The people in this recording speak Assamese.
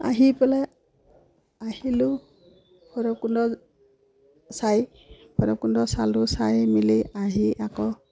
আহি পেলাই আহিলোঁ ভৈৰৱকুণ্ড চাই ভৈৰৱকুণ্ড চালোঁ চাই মেলি আহি আকৌ